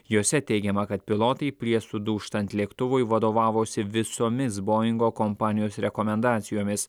jose teigiama kad pilotai prieš sudūžtant lėktuvui vadovavosi visomis boingo kompanijos rekomendacijomis